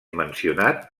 mencionat